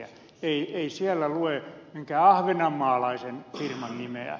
ei siellä lue minkään ahvenanmaalaisen firman nimeä